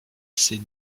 ses